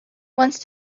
once